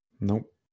Nope